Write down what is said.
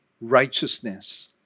righteousness